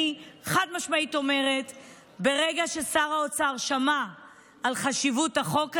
אני אומרת חד-משמעית שברגע ששר האוצר שמע על חשיבות החוק הזה,